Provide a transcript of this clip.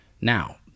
Now